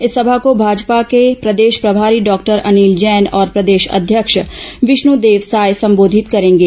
इस सभा को भाजपा के प्रदेश प्रभारी डॉक्टर अनिल जैन और प्रदेश अध्यक्ष विष्णुदेव साय संबोधित करेंगे